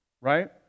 Right